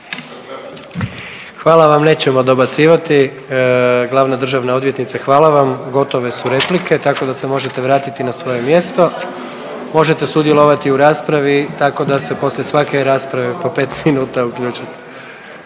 Hvala vam, nećemo dobacivati. Glavna državna odvjetnice hvala vam, gotove su replike tako da se možete vratiti na svoje mjesto, možete sudjelovati u raspravi tako da se poslije svake rasprave po 5 minuta uključite.